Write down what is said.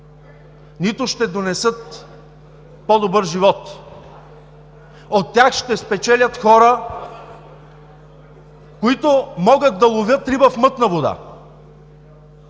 нито ще донесат по-добър живот, а от тях ще спечелят хора, които могат да ловят риба в мътна вода!